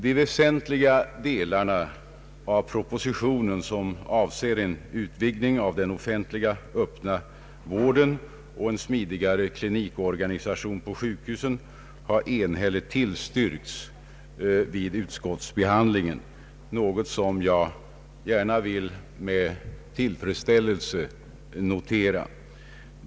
De väsentliga delar av propositionen som avser en utvidgning av den offentliga öppna vården och en smidigare klinikorganisation på sjukhusen har enhälligt tillstyrkts vid utskottsbehandlingen, något som jag självfallet noterar med tillfredsställelse.